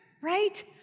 Right